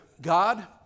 God